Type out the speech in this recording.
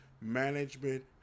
Management